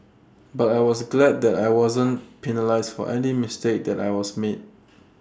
but I was glad that I wasn't penalised for any mistake that I was made